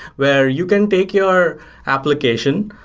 where you can take your application,